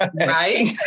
Right